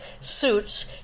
suits